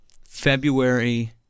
February-